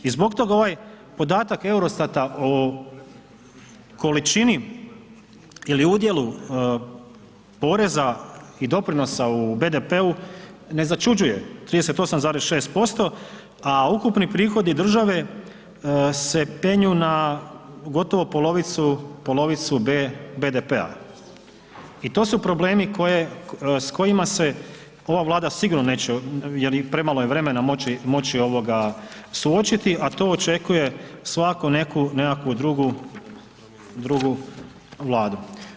I zbog toga ovaj podatak EUROSTAT-a o količini ili udjelu poreza i doprinosa u BDP-u ne začuđuje 38,6%, a ukupni prihodi države se penju na gotovu polovinu BDP-a. i to su problemi s kojima se ova Vlada sigurno neće jer premalo je vremena moći suočiti, a to očekuje svaku neku drugu Vladu.